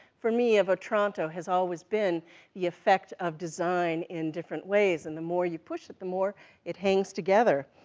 for me, of otranto, has always been the effect of design in different ways, and the more you push it, the more it hangs together,